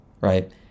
right